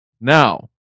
Now